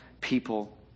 people